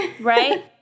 right